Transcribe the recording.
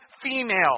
female